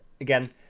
again